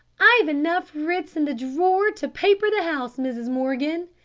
i've enough writs in the drawer to paper the house, mrs. morgan.